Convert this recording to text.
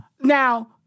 Now